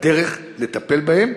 הדרך לטפל בהם